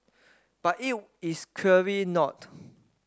but it is clearly not